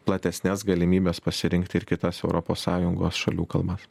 platesnes galimybes pasirinkti ir kitas europos sąjungos šalių kalbas